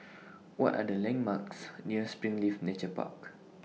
What Are The landmarks near Springleaf Nature Park